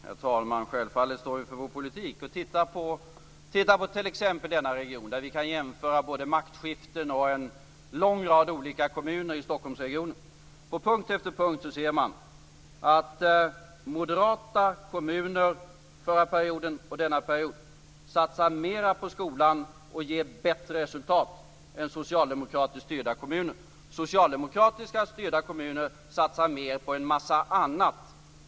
Herr talman! Självfallet står vi för vår politik. Titta t.ex. på Stockholmsregionen, där vi kan jämföra både maktskiften och en lång rad olika kommuner. På punkt efter punkt ser man att moderata kommuner förra perioden och denna period satsar mer på skolan och ger bättre resultat än socialdemokratiskt styrda kommuner. Socialdemokratiskt styrda kommuner satsar mer på en mängd annat.